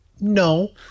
No